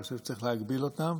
אני חושב שצריך להגביל אותם.